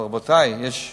אבל, רבותי, יש גבול.